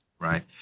Right